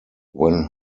when